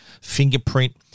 fingerprint